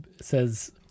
says